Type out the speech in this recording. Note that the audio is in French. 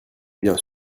bien